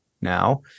now